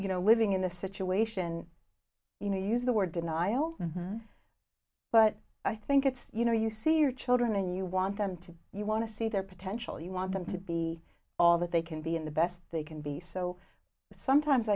you know living in the situation you know you use the word denial but i think it's you know you see your children and you want them to you want to see their potential you want them to be all that they can be in the best they can be so sometimes